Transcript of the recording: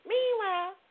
Meanwhile